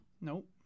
Nope